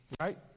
Right